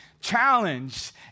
challenge